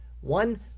One